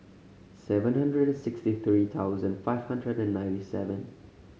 seven hundred sixty three thousand five hundred and ninety seven